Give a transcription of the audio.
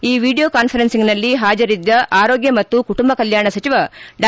ಈ ವಿಡಿಯೋ ಕಾನ್ಫರೆನ್ಸೆಂಗ್ನಲ್ಲಿ ಹಾಜರಿದ್ದ ಆರೋಗ್ಯ ಮತ್ತು ಕುಟುಂಬ ಕಲ್ಕಾಣ ಸಚಿವ ಡಾ